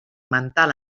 mental